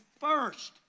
first